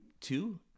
Two